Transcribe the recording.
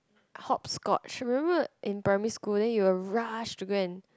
Hopscotch should remember in primary school then you rush to gain